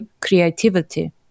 creativity